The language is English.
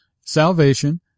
Salvation